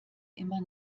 immer